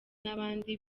n’abandi